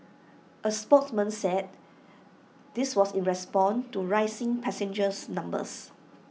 A spokesman said this was in response to rising passengers numbers